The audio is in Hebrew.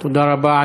תודה רבה.